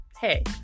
Hey